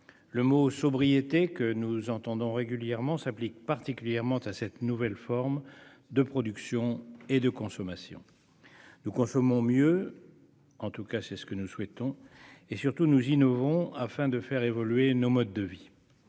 Le mot sobriété, que nous entendons régulièrement, s'applique particulièrement à cette nouvelle forme de production et de consommation. Nous consommons mieux- c'est du moins ce que nous souhaitons -et, surtout, nous innovons, afin de faire évoluer nos modes de vie.